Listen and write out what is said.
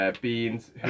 Beans